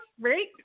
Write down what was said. Right